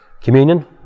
communion